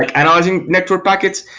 analyzing network packets,